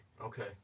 Okay